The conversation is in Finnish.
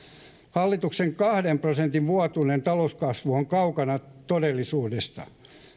hallituksen kahden prosentin vuotuinen talouskasvu on kaukana todellisuudesta ja